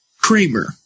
Kramer